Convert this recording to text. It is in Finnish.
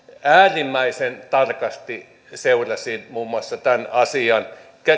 äärimmäisen tarkasti seurasin muun muassa tämän asian